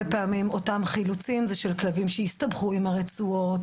פעמים אותם חילוצים הם של כלבים שהסתבכו עם הרצועות,